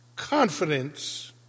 confidence